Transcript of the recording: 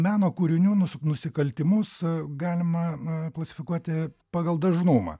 meno kūrinių nusik nusikaltimus galima klasifikuoti pagal dažnumą